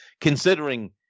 considering